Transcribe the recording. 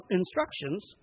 instructions